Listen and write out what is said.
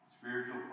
spiritual